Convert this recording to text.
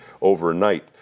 overnight